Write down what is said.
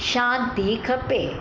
शांती खपे